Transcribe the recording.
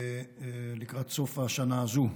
לקראת סוף השנה הזו.